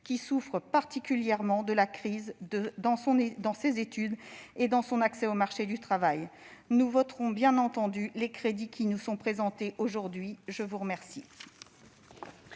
qui souffre particulièrement de la crise pour ses études et l'accès au marché du travail. Nous voterons bien entendu les crédits qui nous sont présentés aujourd'hui. La parole